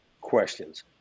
questions